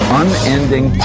unending